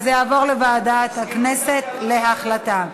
אז זה יעבור לוועדת הכנסת להחלטה.